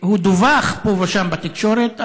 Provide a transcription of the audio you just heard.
הוא דווח פה ושם בתקשורת,